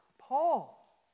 Paul